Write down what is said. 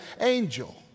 angel